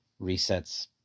resets